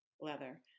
leather